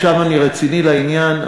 עכשיו אני רציני בעניין,